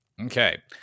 Okay